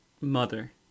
mother